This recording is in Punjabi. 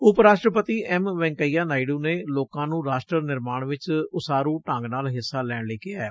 ਉਪ ਰਾਸ਼ਟਰਪਤੀ ਐਮ ਵੈਕਈਆ ਨਾਇਡੂ ਨੇ ਲੋਕਾਂ ਨੂੰ ਰਾਸ਼ਟਰ ਨਿਰਮਾਣ ਵਿਚ ਉਸਾਰੂ ਢੰਗ ਨਾਲ ਹਿੱਸਾ ਲੈਣ ਲਈ ਕਿਹੈ